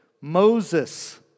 Moses